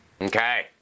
Okay